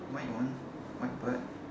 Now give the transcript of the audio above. white one white bird